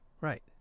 Right